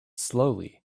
slowly